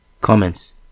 Comments